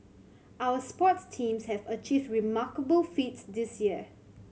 our sports teams have achieved remarkable feats this year